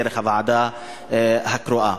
דרך הוועדה הקרואה.